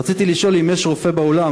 רציתי לשאול אם יש רופא באולם,